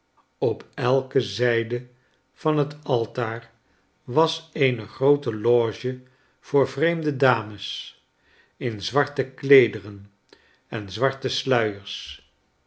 op elke zijde van het altaar was eene groote loge voor vreemde dames in zwarte kleederen en zwarte sluiers